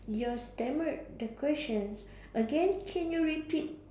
your stammered the questions again can you repeat